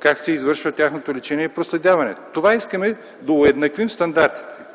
Как се извършва тяхното лечение и проследяване? Това искаме – да уеднаквим стандартите.